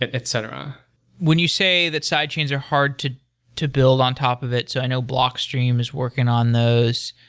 et cetera when you say that side chains are hard to to build on top of it so i know blockstream is working on those,